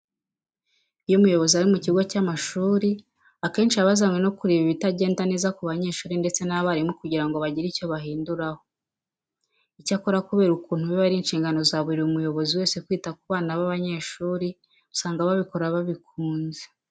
Iyo umuyobozi ari mu kigo cy'amashuri akenshi aba yazanwe no kureba ibitagenda neza ku banyeshuri ndetse n'abarimu kugira ngo bagire icyo babihinduraho. Icyakora kubera ukuntu biba ari inshingano za buri muyobozi wese kwita ku bana b'abanyeshuri, usanga babikora babikunze.